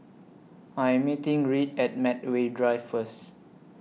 I Am meeting Reed At Medway Drive First